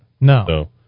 No